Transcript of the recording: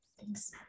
thanks